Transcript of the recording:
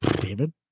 david